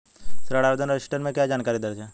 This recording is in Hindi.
ऋण आवेदन रजिस्टर में क्या जानकारी दर्ज है?